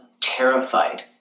terrified